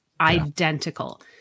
identical